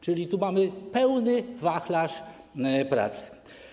Czyli tu mamy pełny wachlarz pracy.